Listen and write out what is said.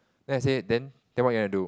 then I say then what you wanna do